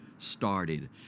started